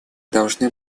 должны